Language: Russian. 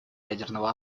ядерного